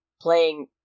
playing